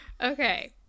okay